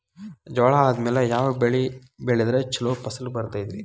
ಜ್ವಾಳಾ ಆದ್ಮೇಲ ಯಾವ ಬೆಳೆ ಬೆಳೆದ್ರ ಛಲೋ ಫಸಲ್ ಬರತೈತ್ರಿ?